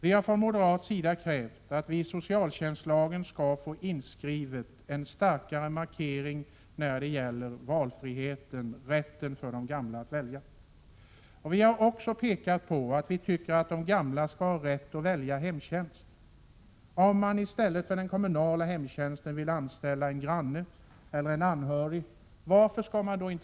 Vi moderater har krävt att det i socialtjänstlagen skall göras en starkare markering när det gäller valfriheten, rätten för de gamla att välja. Vi menar att de gamla också skall ha rätt att välja när det gäller hemtjänsten. Varför skall man inte kunna få anställa en granne eller en anhörig i stället för att anlita den kommunala — Prot. 1987/88:126 hemtjänsten?